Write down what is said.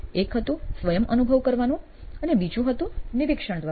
એક હતું સ્વયં અનુભવ કરવાનું અને બીજું હતું નિરીક્ષણ દ્વારા